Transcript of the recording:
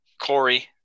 Corey